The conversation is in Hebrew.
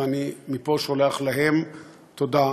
ואני מפה שולח להם תודה גדולה,